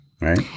Right